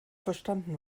verstanden